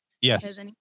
Yes